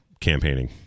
campaigning